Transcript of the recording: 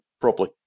properly